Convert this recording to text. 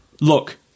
look